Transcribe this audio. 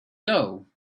dough